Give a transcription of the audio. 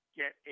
get